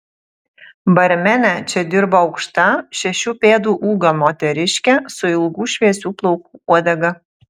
barmene čia dirbo aukšta šešių pėdų ūgio moteriškė su ilgų šviesių plaukų uodega